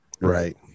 right